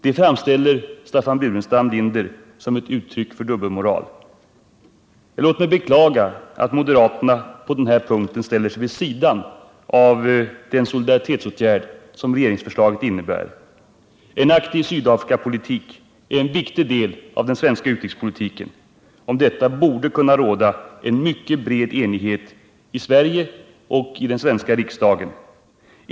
Detta framställer Staffan Burenstam Linder som ett uttryck för dubbelmoral. Jag beklagar att moderaterna på den här punkten ställer sig vid sidan av den solidaritetsåtgärd som regeringsförslaget innebär. En aktiv Sydafrikapolitik är en viktig del av den svenska utrikespolitiken. Om den borde det kunna råda en mycket bred enighet i Sverige och i den svenska riksdagen.